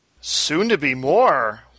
Soon-to-be-more